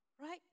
Right